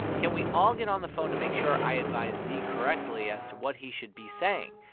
can we all get on the phone to make sure i advised z correctly as to what he should be saying?